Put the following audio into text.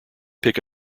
pick